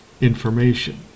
information